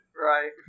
right